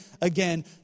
again